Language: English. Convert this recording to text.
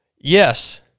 Yes